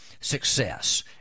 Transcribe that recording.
success